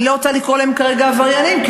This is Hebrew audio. אני לא רוצה לקרוא להם כרגע עבריינים כי